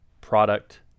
product